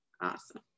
Awesome